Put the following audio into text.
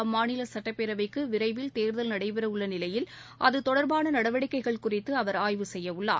அம்மாநில சுட்டப் பேரவைக்கு விரைவில் தேர்தல் நடைபெற உள்ள நிலையில் அதுதொடர்பான நடவடிக்கைகள் குறித்து அவர் ஆய்வு செய்ய உள்ளார்